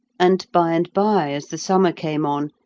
and by-and-by, as the summer came on,